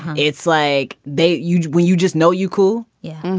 it's like they euge when you just know you cool. yeah,